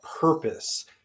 purpose